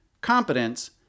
competence